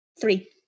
Three